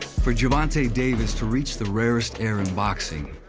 for gervonta davis to reach the rarest air in boxing,